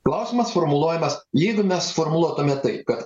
klausimas formuluojamas jeigu mes formuluotume taip kad